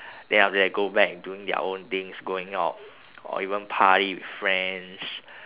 then after that go back doing their own things going out or even party with friends